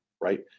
right